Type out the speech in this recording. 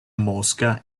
mosca